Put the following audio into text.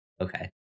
Okay